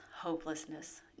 Hopelessness